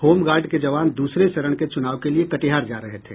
home guard के जवान दूसरे चरण के चुनाव के लिए कटिहार जा रहे थे